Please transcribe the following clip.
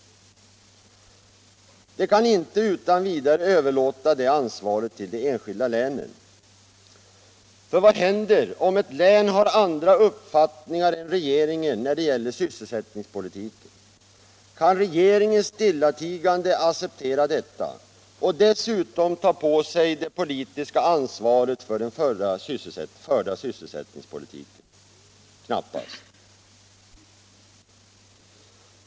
De kan inte utan vidare överlåta det ansvaret till de enskilda länen. För vad händer om ett län har andra uppfattningar än regeringen när det gäller sysselsättningspolitiken? Kan regeringen stillatigande acceptera det och dessutom ta på sig det politiska ansvaret för den förda sysselsättningspolitiken? Knappast.